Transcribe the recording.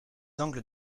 angles